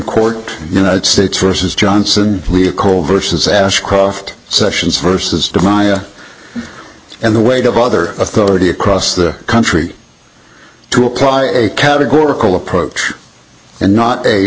court united states versus johnson lyrical versus ashcroft sessions versus devise and the weight of other authority across the country to apply a categorical approach and not a